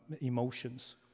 emotions